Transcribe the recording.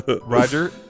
Roger